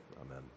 Amen